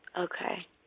Okay